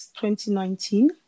2019